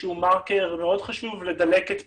שהוא מרקר מאוד חשוב לדלקת בריאות,